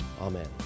amen